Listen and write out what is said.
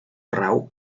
rau